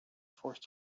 forced